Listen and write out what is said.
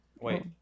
wait